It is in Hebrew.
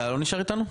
אתה לא נשאר איתנו?